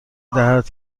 دهد